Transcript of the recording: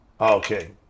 Okay